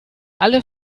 alle